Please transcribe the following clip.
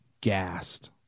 gassed